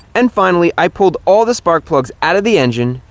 and finally, i pulled all the spark plugs out of the engine,